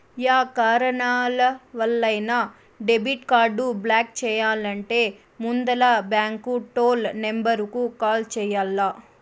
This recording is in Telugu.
యా కారణాలవల్లైనా డెబిట్ కార్డు బ్లాక్ చెయ్యాలంటే ముందల బాంకు టోల్ నెంబరుకు కాల్ చెయ్యాల్ల